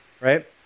right